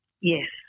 Yes